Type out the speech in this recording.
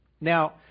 Now